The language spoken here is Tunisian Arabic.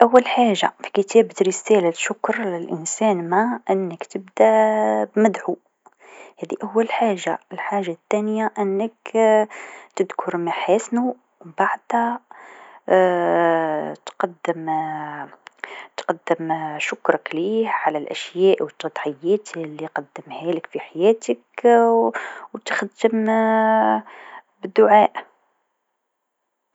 أول حاجه في كتابة رسالة شكر لإنسان ما، أنك تبدأ بمدحو هاذي أول حاجه، الحاجه الثانيه أنك تذكر محاسنو بعدها تقدم تقدم شكرك ليه على الأشياء و تضحيات لقدمهالك في حياتك و تختم بدعاء.